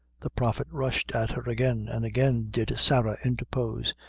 the prophet rushed at her again, and again did sarah interpose.